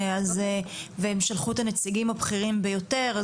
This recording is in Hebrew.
והם שלחו את הנציגים הבכירים ביותר,